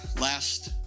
last